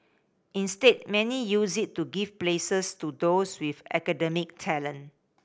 instead many use it to give places to those with academic talent